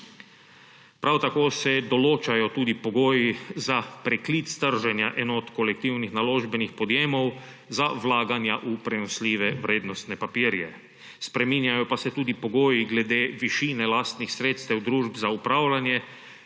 Prav tako se določajo tudi pogoji za preklic trženja enot kolektivnih naložbenih podjemov za vlaganja v prenosljive vrednostne papirje. Spreminjajo pa se tudi pogoji glede višine lastnih sredstev družb za upravljanje